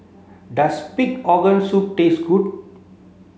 does pig organ soup taste good